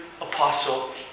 Apostle